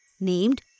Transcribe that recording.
named